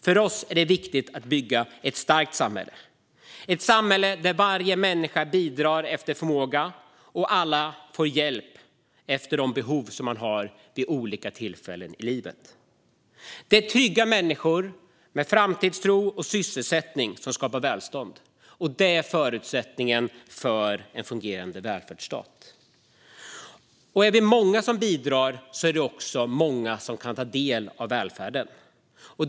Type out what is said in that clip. För oss är det viktigt att bygga ett starkt samhälle - ett samhälle där varje människa bidrar efter förmåga och där alla får hjälp efter de behov de har vid olika tillfällen i livet. Det är trygga människor med framtidstro och sysselsättning som skapar välstånd, och det är förutsättningen för en fungerande välfärdsstat. Och om vi är många som bidrar är det också många som kan ta del av välfärden.